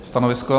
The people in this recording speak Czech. Stanovisko?